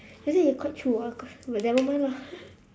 I say it's quite true ah but never mind lah